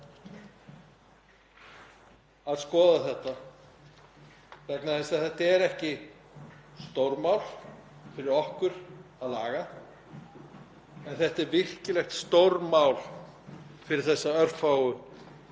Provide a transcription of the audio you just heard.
En þetta er virkilegt stórmál fyrir þessa örfáu einstæðu foreldra sem þurfa að veita börnum sínum verri kjör